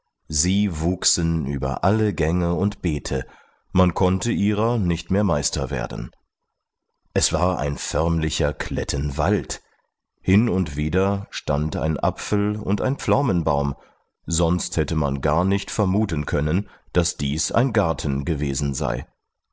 sie wuchsen über alle gänge und beete man konnte ihrer nicht mehr meister werden es war ein förmlicher klettenwald hin und wieder stand ein apfel und ein pflaumenbaum sonst hätte man gar nicht vermuten können daß dies ein garten gewesen sei